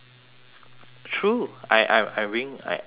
true I I I'm being I I'm being real